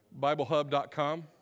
BibleHub.com